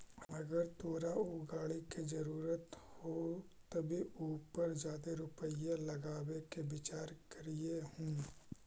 अगर तोरा ऊ गाड़ी के जरूरत हो तबे उ पर जादे रुपईया लगाबे के विचार करीयहूं